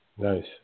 Nice